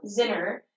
Zinner